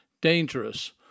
dangerous